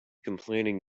complaining